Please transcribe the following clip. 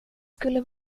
skulle